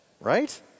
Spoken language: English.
right